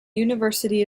university